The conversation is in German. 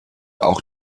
auch